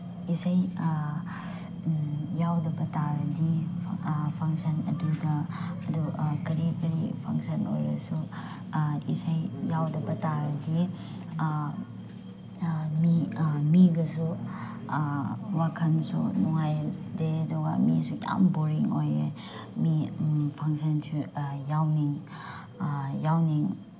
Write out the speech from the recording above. ꯏꯁꯩ ꯌꯥꯎꯗꯕ ꯇꯥꯔꯗꯤ ꯐꯥꯡꯁꯟ ꯑꯗꯨꯗ ꯑꯗꯨ ꯀꯔꯤ ꯀꯔꯤ ꯐꯥꯡꯁꯟ ꯑꯣꯏꯔꯁꯨ ꯏꯁꯩ ꯌꯥꯎꯗꯕ ꯇꯥꯔꯗꯤ ꯃꯤ ꯃꯤꯒꯁꯨ ꯋꯥꯈꯜꯁꯨ ꯅꯨꯡꯉꯥꯏꯍꯟꯗꯦ ꯑꯗꯨꯒ ꯃꯤꯁꯨ ꯌꯥꯝ ꯕꯣꯔꯤꯡ ꯑꯣꯏꯌꯦ ꯃꯤ ꯐꯥꯡꯁꯟꯁꯨ ꯌꯥꯎꯅꯤꯡ ꯌꯥꯎꯅꯤꯡ